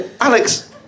Alex